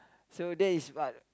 so that is what